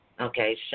Okay